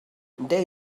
they